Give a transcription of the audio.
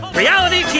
reality